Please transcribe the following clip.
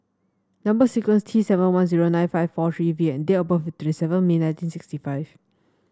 number sequence T seven one zero nine five four three V and date of birth twenty seven May nineteen sixty five